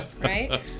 right